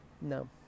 No